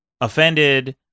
offended